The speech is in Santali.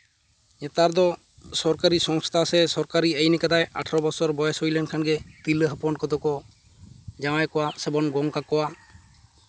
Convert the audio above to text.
ᱱᱮᱛᱟᱨ ᱫᱚ ᱥᱚᱨᱠᱟᱨᱤ ᱥᱚᱝᱥᱛᱷᱟ ᱥᱮ ᱥᱚᱨᱠᱟᱨᱤ ᱟᱭᱤᱱ ᱠᱟᱫᱟᱭ ᱟᱴᱷᱨᱚ ᱵᱚᱪᱷᱚᱨ ᱵᱚᱭᱮᱥ ᱦᱩᱭ ᱞᱮᱱᱠᱷᱟᱱ ᱜᱮ ᱛᱤᱨᱞᱟᱹ ᱠᱚᱫᱚ ᱠᱚ ᱡᱟᱶᱟᱭ ᱠᱚᱣᱟ ᱥᱮᱵᱚᱱ ᱜᱚᱝ ᱠᱟᱠᱚᱣᱟ